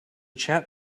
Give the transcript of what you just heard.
chap